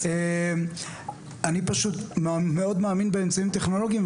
אני פשוט מאוד מאמין באמצעים טכנולוגיים,